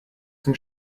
zum